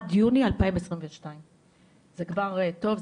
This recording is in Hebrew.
עד יוני 2022. זה כבר טוב,